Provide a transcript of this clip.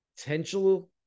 potential